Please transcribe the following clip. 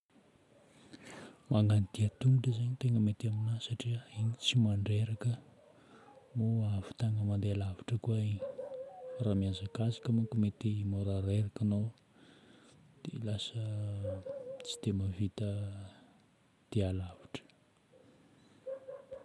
Magnano dia an-tongotra zagny tegna mety aminahy satria igny tsy mandreraka moa ahavitagna mandeha lavitra koa igny. Raha mihazakazaka moko mety mora reraka anao dia lasa tsy dia mahavita dia lavitra.